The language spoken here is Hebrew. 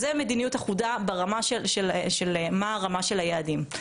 אז זו מדיניות אחודה, ברמה של מה הרמה של היעדים.